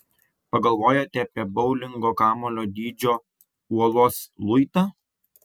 pagalvojate apie boulingo kamuolio dydžio uolos luitą